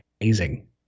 amazing